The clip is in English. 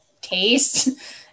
taste